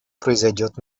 произойдет